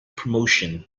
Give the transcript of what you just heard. promotion